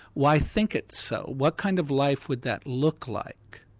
well i, think it's so? what kind of life would that look like?